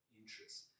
interests